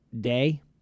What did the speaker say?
Day